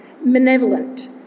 malevolent